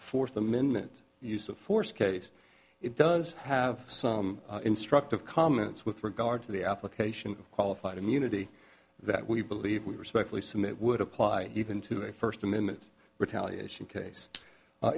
fourth amendment use of force case it does have some instructive comments with regard to the application of qualified immunity that we believe we respectfully submit would apply even to a first amendment retaliation case